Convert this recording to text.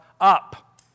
up